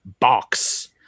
box